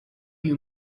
you